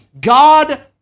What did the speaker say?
God